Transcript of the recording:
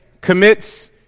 commits